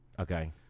Okay